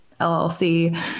LLC